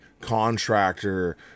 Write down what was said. contractor